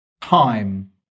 time